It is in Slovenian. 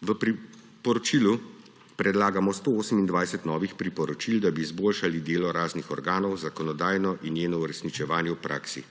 V priporočilu predlagamo 128 novih priporočil, da bi izboljšali delo raznih organov zakonodajno in uresničevanje zakonodaje v praksi.